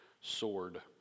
sword